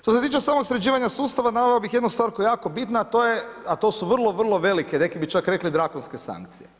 Što se tiče samog sređivanja sustava naveo bih jednu stvar koja je jako bitna, a to su vrlo, vrlo velike, neki bi čak rekli drakonske sankcije.